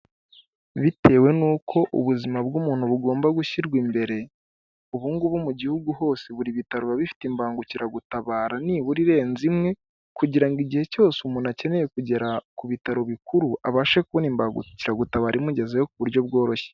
Bitewe n'uko ubuzima bw'umuntu bugomba gushyirwa imbere, ubu ngubu mu gihugu hose buri bitaro biba bifite imbangukiragutabara nibura irenze imwe, kugira ngo igihe cyose umuntu akeneye kugera ku bitaro bikuru abashe kubona imbagukiragutabara imugezeyo ku buryo bworoshye,